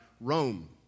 Rome